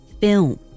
film